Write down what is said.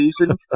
season